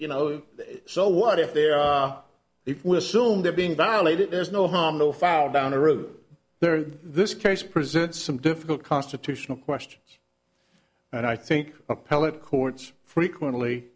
you know so what if there it will soon there being violated there's no harm no foul down the road there this case presents some difficult constitutional questions and i think appellate courts frequently